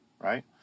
right